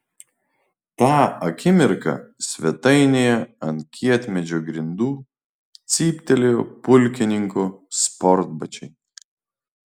tą akimirką svetainėje ant kietmedžio grindų cyptelėjo pulkininko sportbačiai